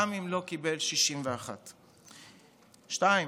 גם אם לא קיבל 61. הדבר השני,